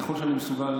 ככל שאני מסוגל,